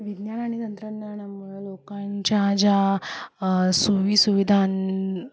वि विज्ञान आणि तंत्रज्ञानामुळे लोकांच्या ज्या सुविसुविधां